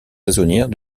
saisonnières